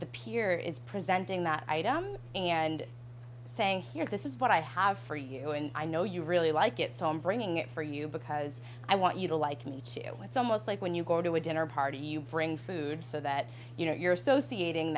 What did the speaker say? the peer is presenting that item and saying here this is what i have for you and i know you really like it so i'm bringing it for you because i want you to like me too with some was like when you go to a dinner party you bring food so that you know you're associating